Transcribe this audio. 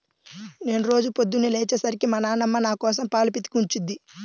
నేను రోజూ పొద్దన్నే లేచే సరికి మా నాన్నమ్మ నాకోసం పాలు పితికి ఉంచుద్ది